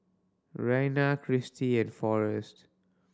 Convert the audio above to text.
Rayna Kristy and Forest